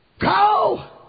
Go